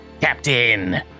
Captain